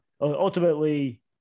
ultimately